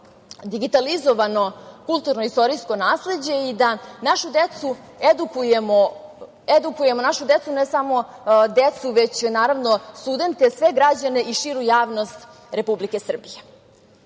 digitalizovano kulturno-istorijsko nasleđe i da našu decu edukujemo, ne samo decu, već naravno, studente i sve građane i širu javnost Republike Srbije.U